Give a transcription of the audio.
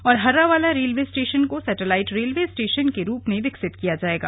और Harrawala railway station को satellite railway station के रूप में विकसित किया जाएगा